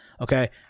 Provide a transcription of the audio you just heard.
okay